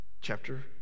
Chapter